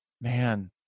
man